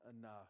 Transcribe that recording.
enough